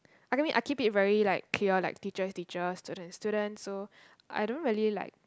I can be I keep it very like clear like teachers is teachers students is students so I don't really like